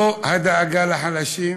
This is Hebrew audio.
לא הדאגה לחלשים,